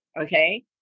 Okay